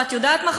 ואת יודעת מה,